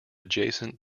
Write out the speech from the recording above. adjacent